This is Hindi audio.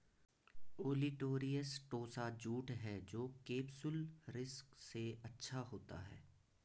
ओलिटोरियस टोसा जूट है जो केपसुलरिस से अच्छा होता है